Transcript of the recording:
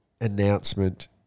announcement